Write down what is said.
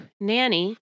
nanny